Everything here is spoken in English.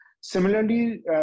similarly